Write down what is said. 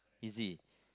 easy